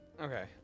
Okay